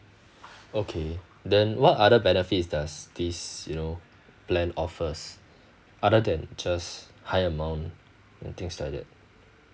okay then what other benefits does this you know plan offers other than just high amount and things like that